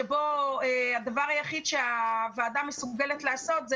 שם הדבר היחיד שהוועדה מסוגלת לעשות זה